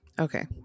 Okay